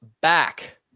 back